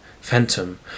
PHANTOM